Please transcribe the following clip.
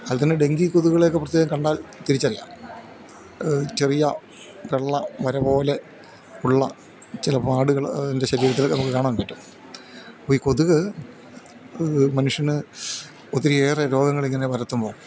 അതിൽ തന്നെ ഡെങ്കി കൊതുകുകളെ ഒക്കെ പ്രത്യേകം കണ്ടാൽ തിരിച്ചറിയാം ചെറിയ വെള്ള വരപോലെ ഉള്ള ചില പാടുകൾ അതിൻ്റെ ശരീരത്തിൽ ഒക്കെ നമുക്ക് കാണാൻ പറ്റും അപ്പോൾ ഈ കൊതുക് മനുഷ്യൻ ഒത്തിരി ഏറെ രോഗങ്ങൾ ഇങ്ങനെ പരത്തുമ്പോൾ